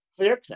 Clearcut